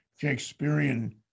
Shakespearean